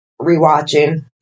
rewatching